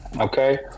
okay